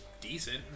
decent